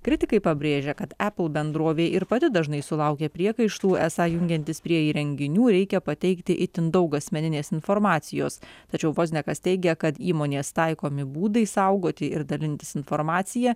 kritikai pabrėžia kad apple bendrovė ir pati dažnai sulaukia priekaištų esą jungiantis prie įrenginių reikia pateikti itin daug asmeninės informacijos tačiau vozniakas teigia kad įmonės taikomi būdai saugoti ir dalintis informacija